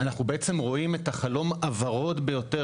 אנחנו בעצם רואים את החלום הוורוד ביותר